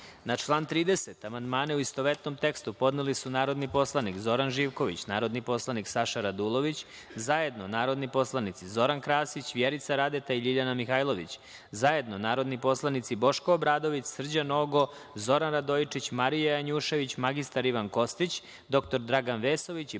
član 41. amandmane u istovetnom tekstu podneli su narodni poslanik Zoran Živković, narodni poslanik Saša Radulović, zajedno narodni poslanici Zoran Krasić, Vjerica Radeta i Božidar Delić, zajedno narodni poslanici Boško Obradović, Srđan Nogo, Zoran Radojičić, Marija Janjušević, mr Ivan Kostić, dr Dragan Vesović i